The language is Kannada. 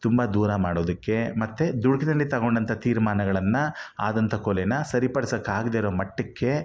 ತುಂಬ ದೂರ ಮಾಡೋದಕ್ಕೆ ಮತ್ತೆ ದುಡುಕಿನಲ್ಲಿ ತೊಗೊಂಡಂಥ ತೀರ್ಮಾನಗಳನ್ನು ಆದಂಥ ಕೊಲೆನ ಸರಿಪಡಿಸೋಕ್ಕಾಗ್ದೇ ಇರೋ ಮಟ್ಟಕ್ಕೆ